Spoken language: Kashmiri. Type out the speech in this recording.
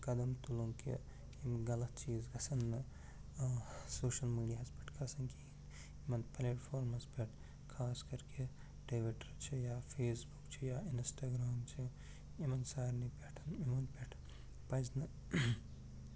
قدم تُلُن کہ یِم غلط چیٖز گژھَن نہٕ سوشَل میٖڈِیاہَس پٮ۪ٹھ کھسٕنۍ کِہیٖنۍ یِمَن پلیٹ فارمَس پٮ۪ٹھ خاص کر کہ ٹُویٖٹَر چھِ یا فیس بُک چھِ یا اِنَسٹاگرام چھِ یِمَن سارِنے پٮ۪ٹھ یِمَن پٮ۪ٹھ پَرِ نہٕ